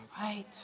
Right